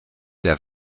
der